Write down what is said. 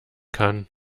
kann